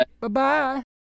Bye-bye